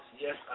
Yes